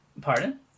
pardon